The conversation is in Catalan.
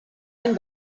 any